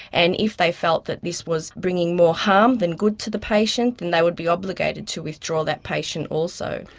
and if they felt that this was bringing more harm than good to the patient then and they would be obligated to withdraw that patient also.